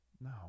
No